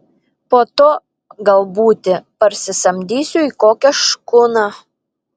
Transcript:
po to gal būti parsisamdysiu į kokią škuną